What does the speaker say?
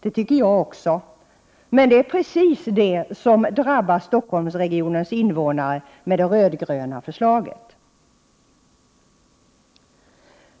Det tycker jag också, men det är precis det som drabbar Stockholmsregionens invånare med det röd-gröna förslaget.